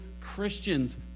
Christians